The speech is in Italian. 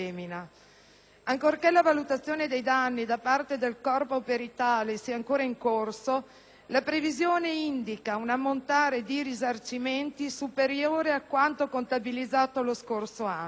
Ancorché la valutazione dei danni da parte del corpo peritale sia ancora in corso, la previsione indica un ammontare di risarcimenti superiore a quanto contabilizzato lo scorso anno.